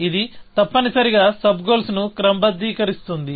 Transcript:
ఇది తప్పనిసరిగా sub goals ను క్రమబద్ధీకరిస్తోంది